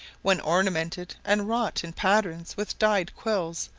when ornamented and wrought in patterns with dyed quills,